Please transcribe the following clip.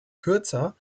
kürzer